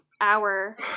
hour